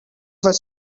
was